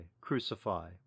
crucify